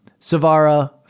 Savara